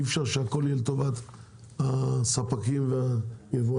אי-אפשר שהכול יהיה לטובת הספקים והיבואנים.